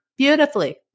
Beautifully